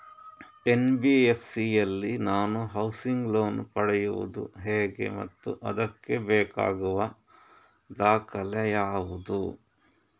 NBFC ಯಲ್ಲಿ ನಾನು housing loan ಪಡೆಯುದು ಹೇಗೆ ಮತ್ತು ಅದಕ್ಕೆ ಬೇಕಾಗುವ ದಾಖಲೆ ಯಾವುದು?